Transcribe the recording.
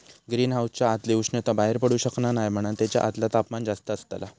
green हाउसच्या आतली उष्णता बाहेर पडू शकना नाय म्हणान तेच्या आतला तापमान जास्त असता